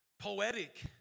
poetic